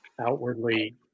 outwardly